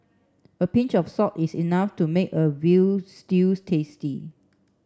a pinch of salt is enough to make a veal stew tasty